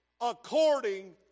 according